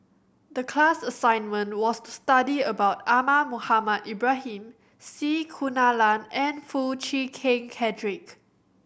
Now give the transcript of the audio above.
the class assignment was to study about Ahmad Mohamed Ibrahim C Kunalan and Foo Chee Keng Cedric